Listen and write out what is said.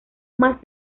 más